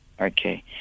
Okay